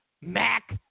Mac